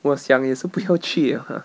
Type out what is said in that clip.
我想也是不要去 liao ah